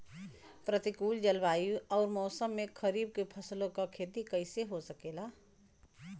प्रतिकूल जलवायु अउर मौसम में खरीफ फसलों क खेती कइसे हो सकेला?